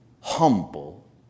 humble